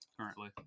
currently